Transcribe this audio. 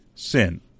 sin